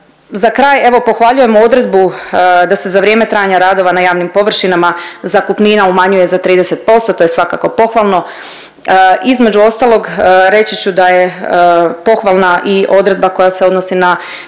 Za kraj evo pohvaljujemo odredbu da se za vrijeme trajanja radova na javnim površinama zakupnina umanjuje za 30%, to je svakako pohvalno. Između ostalog reći ću da je pohvalna i odredba koja se odnosi na